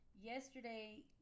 yesterday